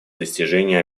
достижения